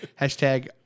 Hashtag